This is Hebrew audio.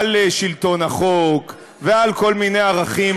על שלטון החוק ועל כל מיני ערכים